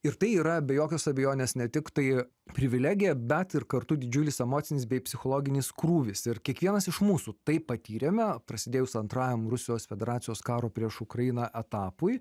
ir tai yra be jokios abejonės ne tiktai privilegija bet ir kartu didžiulis emocinis bei psichologinis krūvis ir kiekvienas iš mūsų tai patyrėme prasidėjus antrajam rusijos federacijos karo prieš ukrainą etapui